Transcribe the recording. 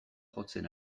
jotzen